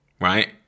right